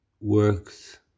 works